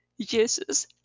Jesus